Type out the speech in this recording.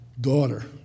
daughter